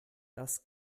das